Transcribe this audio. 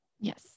Yes